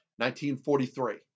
1943